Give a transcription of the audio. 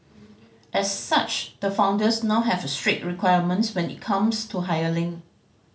as such the founders now have strict requirements when it comes to